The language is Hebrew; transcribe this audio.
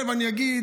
אני אגיד,